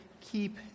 keep